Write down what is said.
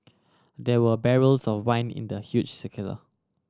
there were barrels of wine in the huge